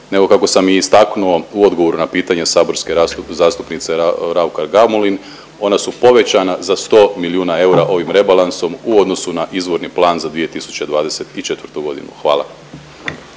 nego kako sam i istaknuo u odgovoru na pitanje saborske zastupnice Raukar Gamulin ona su povećana za 100 milijuna eura ovim rebalansom u odnosu na izvorni plan za 2024. godinu. Hvala.